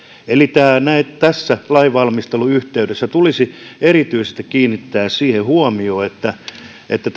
eli tässä lainvalmistelun yhteydessä tulisi erityisesti kiinnittää siihen huomiota että